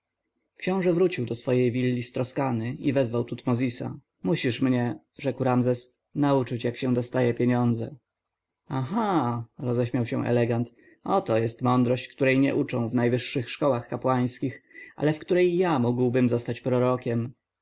książę wrócił do swej willi stroskany i wezwał tutmozisa musisz mnie rzekł ramzes nauczyć jak dostaje się pieniądze aha roześmiał się elegant oto jest mądrość której nie uczą w najwyższych szkołach kapłańskich ale w której ja mógłbym zostać prorokiem